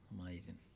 Amazing